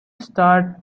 starred